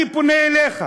אני פונה אליך,